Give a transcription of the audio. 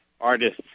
artists